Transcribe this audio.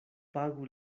pagu